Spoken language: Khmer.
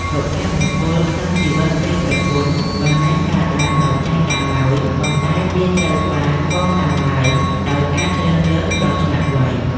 សុភមង្គលក្នុងជីវិតប្ដីប្រពន្ធ មិនមែនកើតឡើងដោយចៃដន្យឡើយ ប៉ុន្តែវាត្រូវបានកសាងឡើងដោយការជ្រើសរើសដ៏ឆ្លាតវៃ។